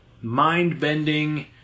mind-bending